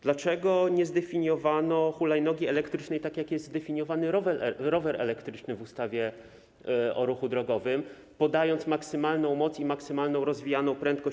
Dlaczego nie zdefiniowano hulajnogi elektrycznej, tak jak jest zdefiniowany rower elektryczny w ustawie o ruchu drogowym, podając maksymalną moc i maksymalną rozwijaną prędkość?